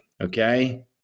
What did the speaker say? Okay